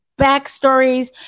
backstories